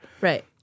right